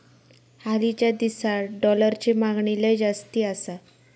हालीच्या दिसात डॉलरची मागणी लय जास्ती आसा